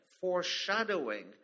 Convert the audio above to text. foreshadowing